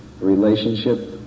relationship